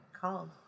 called